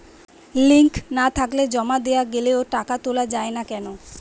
Link না থাকলে জমা দেওয়া গেলেও টাকা তোলা য়ায় না কেন?